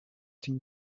team